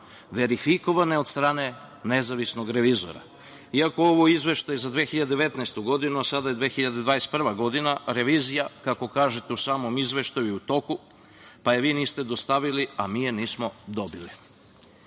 verifikovane od strane nezavisnog revizora. Iako je ovo Izveštaj za 2019. godinu, a sada je 2021. godina, revizija, kako kažete, u samom Izveštaju je u toku pa je vi niste dostavili, a mi je nismo dobili. Druga